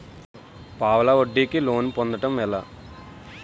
పావలా వడ్డీ కి లోన్ పొందటం ఎలా?